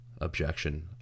objection